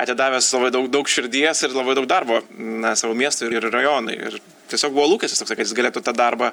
atidavęs labai daug daug širdies ir labai daug darbo na savo miestui ir ir rajonui ir tiesiog buvo lūkestis toksai kad jis galėtų tą darbą